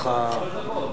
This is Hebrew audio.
שלוש דקות.